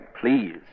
Please